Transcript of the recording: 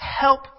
help